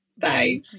Bye